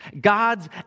God's